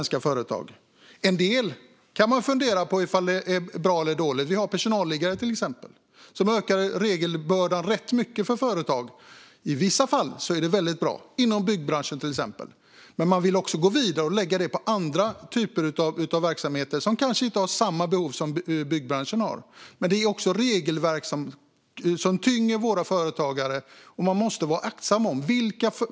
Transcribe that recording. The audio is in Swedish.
När det gäller en del saker kan man fundera på om de är bra eller dåliga. Ta personalliggare, till exempel, som ökar regelbördan rätt mycket för företag. I vissa fall är det väldigt bra, inom byggbranschen, till exempel. Men man vill också gå vidare och införa detta för andra typer av verksamheter, som kanske inte har samma behov som byggbranschen. Detta är regelverk som tynger våra företagare. Man måste vara aktsam.